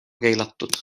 keelatud